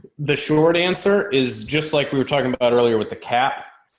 the short answer is just like we were talking about earlier with the cap,